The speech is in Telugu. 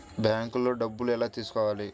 బ్యాంక్లో డబ్బులు ఎలా తీసుకోవాలి?